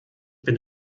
bin